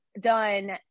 done